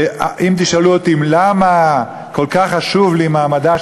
ואם תשאלו אותי למה כל כך חשובים לי מעמדה